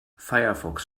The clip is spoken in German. firefox